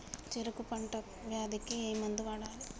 చెరుకు పంట వ్యాధి కి ఏ మందు వాడాలి?